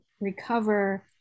recover